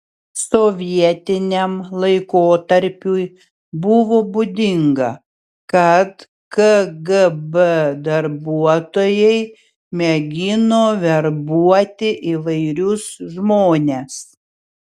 sovietiniam laikotarpiui buvo būdinga kad kgb darbuotojai mėgino verbuoti įvairius žmones